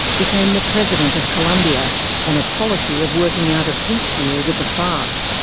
became the president of colombia on a policy of working out a peace deal with the farc.